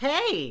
Hey